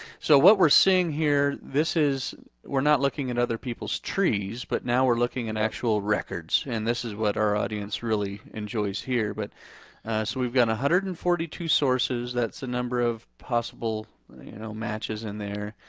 so what we're seeing here, this is, we're not looking at other people's trees, but now we're looking at and actual records. and this is what our audience really enjoys here. but so we've got one hundred and forty two sources. that's the number of possible you know matches in there.